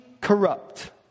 corrupt